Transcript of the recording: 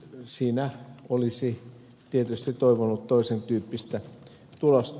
siinä olisi tietysti toivonut toisentyyppistä tulosta